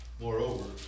Moreover